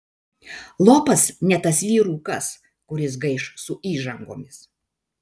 lopas ne tas vyrukas kuris gaiš su įžangomis